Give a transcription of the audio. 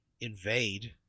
invade